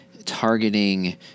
targeting